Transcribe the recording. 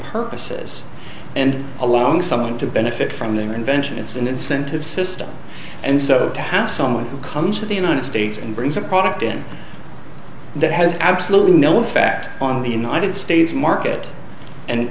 purposes and along something to benefit from their invention it's an incentive system and so to have someone who comes to the united states and brings a product in that has absolutely no effect on the united states market and